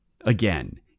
Again